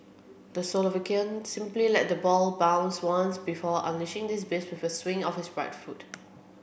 the Slovakian simply let the ball bounced once before unleashing this beast with a swing of his right foot